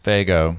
Fago